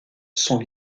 sont